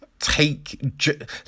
take